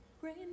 Rain